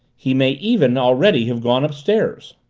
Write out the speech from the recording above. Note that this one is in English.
he may even already have gone upstairs!